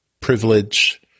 privilege